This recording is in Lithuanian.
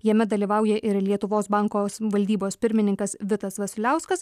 jame dalyvauja ir lietuvos banko sim valdybos pirmininkas vitas vasiliauskas